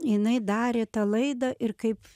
jinai darė tą laidą ir kaip